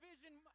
vision